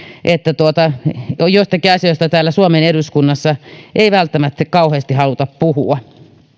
että joistakin asioista täällä suomen eduskunnassa ei välttämättä kauheasti haluta puhua